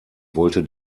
wollte